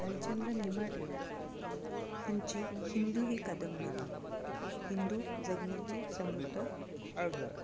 भालचंद्र नेमाडे ह्यांची हिंदू ही कादंबरी हिंदू जगण्याची समृद्ध अडगळ